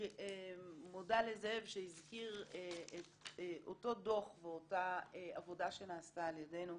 אני מודה לזאב שהזכיר את אותו דוח ואותה עבודה שנעשתה על ידינו.